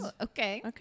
okay